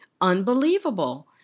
unbelievable